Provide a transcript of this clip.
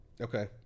Okay